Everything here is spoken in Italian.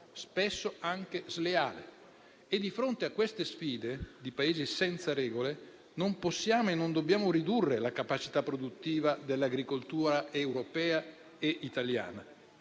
spesso anche sleale. E di fronte a queste sfide di Paesi senza regole non possiamo e non dobbiamo ridurre la capacità produttiva dell'agricoltura europea e italiana.